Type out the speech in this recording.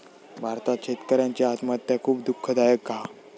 भारतात शेतकऱ्यांची आत्महत्या खुप दुःखदायक हा